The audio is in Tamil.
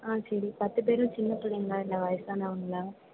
ஆ சரி பத்து பேரும் சின்ன பிள்ளைங்களா இல்லை வயசானவங்களா